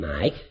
Mike